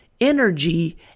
energy